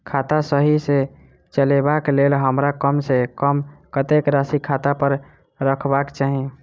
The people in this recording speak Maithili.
खाता सही सँ चलेबाक लेल हमरा कम सँ कम कतेक राशि खाता पर रखबाक चाहि?